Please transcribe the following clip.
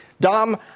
Dom